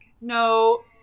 no